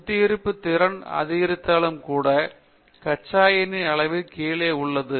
சுத்திகரிப்பு திறன் அதிகரித்தாலும் கூட கச்சா எண்ணெய்யின் அளவு கீழே உள்ளது